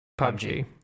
PUBG